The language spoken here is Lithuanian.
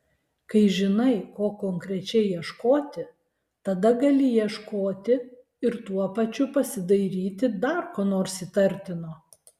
kai žinai ko konkrečiai ieškoti tada gali ieškoti ir tuo pačiu pasidairyti dar ko nors įtartino